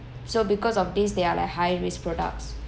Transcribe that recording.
so because of this they are like high risk products